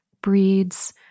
breeds